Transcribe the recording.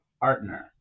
partner